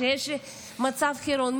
כשיש מצב חירום,